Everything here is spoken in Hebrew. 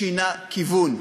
שינה כיוון.